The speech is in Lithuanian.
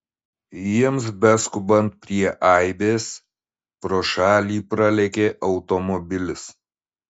jiems beskubant prie aibės pro šalį pralėkė automobilis